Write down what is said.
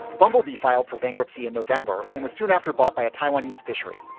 bumblebee filed for bankruptcy in november and was soon after bought by a taiwanese fishery,